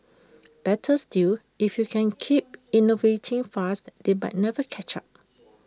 better still if you can keep innovating fast they but never catch up